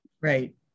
Right